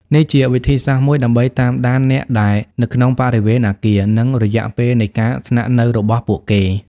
នេះជាវិធីសាស្រ្តមួយដើម្បីតាមដានអ្នកដែលនៅក្នុងបរិវេណអគារ និងរយៈពេលនៃការស្នាក់នៅរបស់ពួកគេ។